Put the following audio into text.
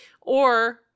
Or-